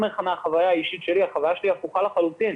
החוויה האישית שלי הפוכה לחלוטין.